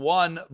one